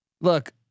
Look